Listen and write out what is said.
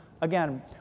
Again